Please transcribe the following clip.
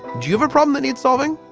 do you have a problem that needs solving?